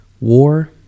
war